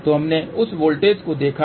तो हमने उस वोल्टेज को देखा है